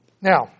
Now